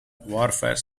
warfare